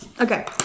Okay